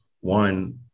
one